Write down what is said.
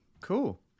Cool